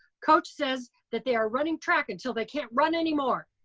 coach says that they are running track until they can't run any more.